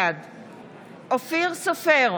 בעד אופיר סופר,